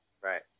Right